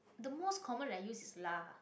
the most common that i use is lah